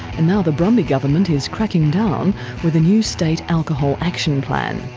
and now the brumby government is cracking down with a new state alcohol action plan.